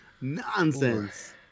nonsense